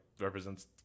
represents